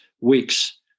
weeks